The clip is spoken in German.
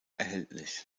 erhältlich